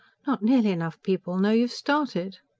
not nearly enough people know you've started.